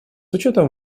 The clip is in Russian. учетом